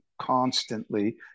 constantly